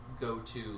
go-to